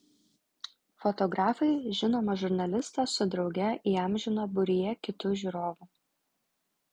fotografai žinomą žurnalistą su drauge įamžino būryje kitų žiūrovų